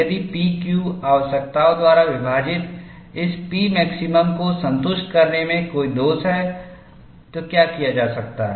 यदि P Q आवश्यकताओं द्वारा विभाजित इस Pmaximum को संतुष्ट करने में कोई दोष है तो क्या किया जा सकता है